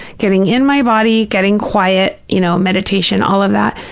getting in my body, getting quiet, you know, meditation, all of that,